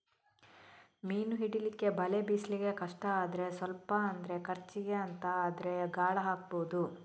ಮೀನು ಹಿಡೀಲಿಕ್ಕೆ ಬಲೆ ಬೀಸ್ಲಿಕ್ಕೆ ಕಷ್ಟ ಆದ್ರೆ ಸ್ವಲ್ಪ ಅಂದ್ರೆ ಖರ್ಚಿಗೆ ಅಂತ ಆದ್ರೆ ಗಾಳ ಹಾಕ್ಬಹುದು